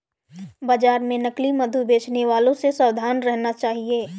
बाजार में नकली मधु बेचने वालों से सावधान रहना चाहिए